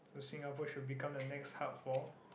Singapore should become the next hub for